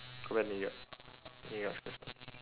go back new york new york six months